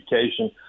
education